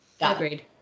Agreed